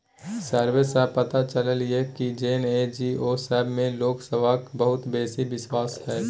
survey सँ पता चलले ये की जे एन.जी.ओ सब मे लोक सबहक बहुत बेसी बिश्वास छै